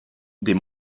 des